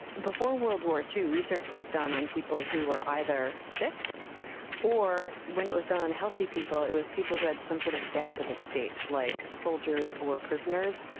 before world war ii, research was done on people who were either sick or, when it was done on healthy people, it was people who had some sort of a debt to the state, like soldiers or prisoners,